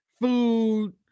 food